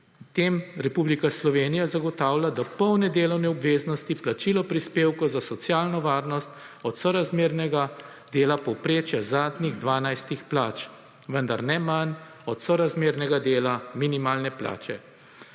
tem Republika Slovenija zagotavlja do polne delovne obveznosti, plačilo prispevkov za socialno varnost, od sorazmernega dela povprečja zadnjih dvanajstih plač, vendar ne manj od sorazmernega dela minimalne plače.